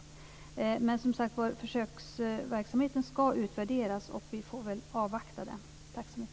Försöksverksamheten ska utvärderas, och vi får väl avvakta det. Tack!